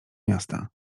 miasta